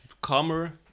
Calmer